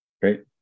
Great